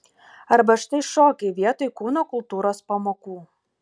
arba štai šokiai vietoj kūno kultūros pamokų